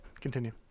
Continue